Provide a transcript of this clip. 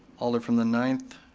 alder from the ninth,